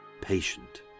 patient